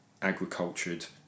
agricultured